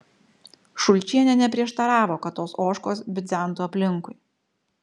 šulčienė neprieštaravo kad tos ožkos bidzentų aplinkui